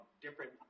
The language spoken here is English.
different